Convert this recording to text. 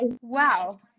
wow